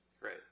Right